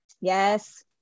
Yes